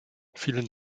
vielen